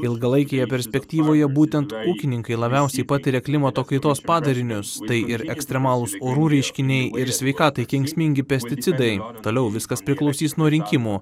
ilgalaikėje perspektyvoje būtent ūkininkai labiausiai patiria klimato kaitos padarinius tai ir ekstremalūs orų reiškiniai ir sveikatai kenksmingi pesticidai toliau viskas priklausys nuo rinkimų